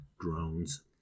drones